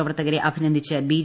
പ്രവർത്തകരെ അഭിനന്ദിച്ച ബി